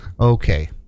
okay